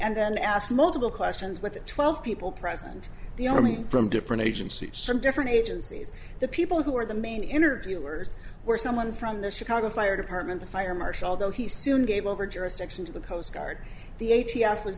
and then asked multiple questions with the twelve people press and the army from different agencies from different agencies the people who were the main interviewers were someone from the chicago fire department the fire marshal although he soon gave over jurisdiction to the coast guard the a t f was